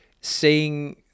seeing